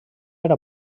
era